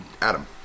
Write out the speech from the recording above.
Adam